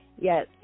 yes